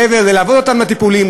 ללוות אותו לטיפולים.